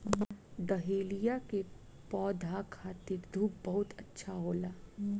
dahlia के पौधा खातिर धूप बहुत अच्छा होला